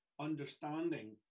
understanding